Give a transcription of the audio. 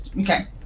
Okay